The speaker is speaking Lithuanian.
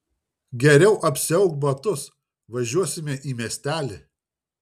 geriau apsiauk batus važiuosime į miestelį